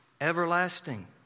everlasting